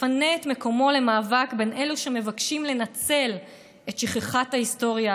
מפנה את מקומו למאבק בין אלו שמבקשים לנצל את שכחת ההיסטוריה